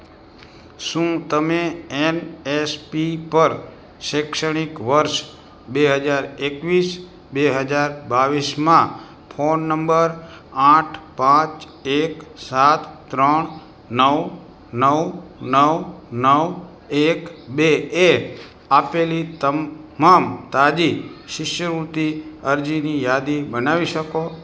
શું તમે M S P પર શૈક્ષણિક વર્ષ બે હજાર એકવીસ બે હજાર બાવીસમાં ફોન નંબર આઠ પાંચ એક સાત ત્રણ નવ નવ નવ નવ એક બે એક આપેલી તમામ તાજી શિષ્યવૃત્તિ અરજીની યાદી બનાવી શકો